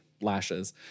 Lashes